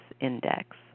index